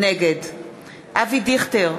נגד אבי דיכטר,